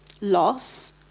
loss